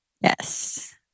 Yes